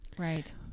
Right